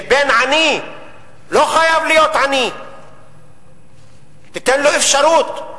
שבן עני לא חייב להיות עני, ניתן לו אפשרות.